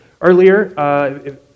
earlier